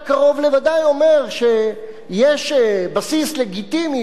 אתה קרוב לוודאי אומר שיש בסיס לגיטימי